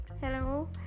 hello